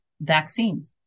vaccine